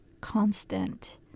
Constant